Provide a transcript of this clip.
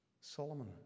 Solomon